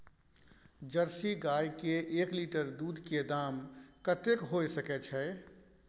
Jersey गाय के एक लीटर दूध के दाम कतेक होय सके छै?